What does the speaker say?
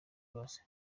bose